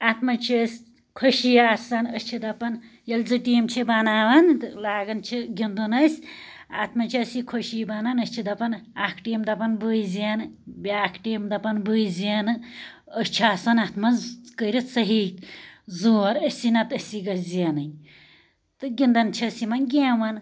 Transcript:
اتھ مَنٛز چھِ اسہِ خوٚشی آسان أسۍ چھِ دَپان ییٚلہِ زٕ ٹیٖم چھِ بناوان تہٕ لاگان چھِ گِنٛدُن أسۍ اتھ مَنٛز چھِ اسہِ یہِ خوٚشی بنان أسۍ چھِ دپان اکھ ٹیٖم دپان بٕے زینہ بیٛاکھ ٹیٖم دپان بٕے زینہٕ أسۍ چھِ آسان اتھ مَنٛز کٔرِتھ سہی زور أسی نَتہٕ أسی گٔژھۍ زینٕنۍ تہٕ گنٛدان چھِ أسۍ یمن گیمَن